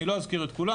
אני לא אזכיר את כולם,